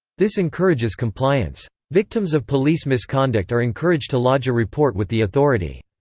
this encourages compliance. victims of police misconduct are encouraged to lodge a report with the authority.